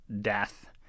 death